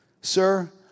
Sir